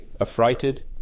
affrighted